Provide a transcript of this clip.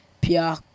Pierre